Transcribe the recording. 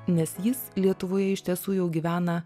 nes jis lietuvoje iš tiesų jau gyvena